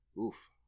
oof